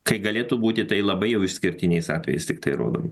kai galėtų būti tai labai jau išskirtiniais atvejais tiktai rodomi